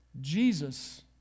Jesus